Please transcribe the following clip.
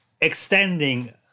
extending